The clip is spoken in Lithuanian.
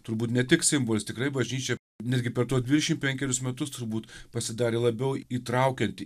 turbūt ne tik simbolis tikrai bažnyčia netgi per tuos dvidešimt penkerius metus turbūt pasidarė labiau įtraukianti